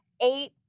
eight